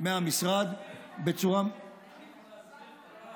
מהמשרד בצורה, אני יכול להסביר.